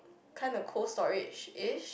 kind of Cold Storage-ish